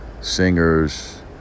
singers